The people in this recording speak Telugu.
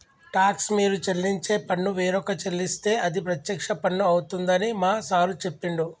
టాక్స్ మీరు చెల్లించే పన్ను వేరొక చెల్లిస్తే అది ప్రత్యక్ష పన్ను అవుతుందని మా సారు చెప్పిండు